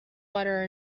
butter